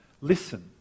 Listen